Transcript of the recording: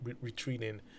retreating